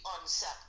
onset